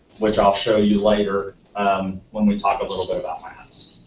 which i'll show you later um when we talk a little bit about maps.